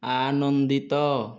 ଆନନ୍ଦିତ